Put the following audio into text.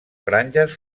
franges